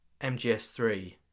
MGS3